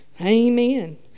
Amen